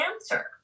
answer